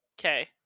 Okay